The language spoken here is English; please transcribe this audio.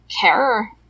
care